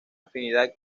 afinidad